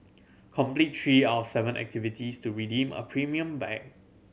complete three out seven activities to redeem a premium bag